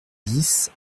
dix